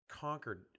conquered